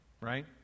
right